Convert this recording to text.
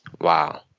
Wow